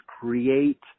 create